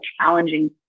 challenging